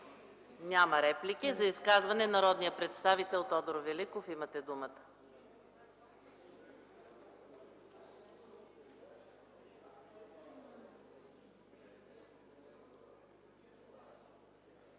Няма. За изказване народният представител Тодор Великов – имате думата.